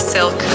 Silk